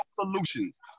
solutions